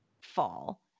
fall